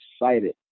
excited